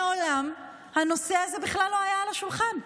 מעולם הנושא הזה בכלל לא היה על השולחן.